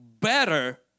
better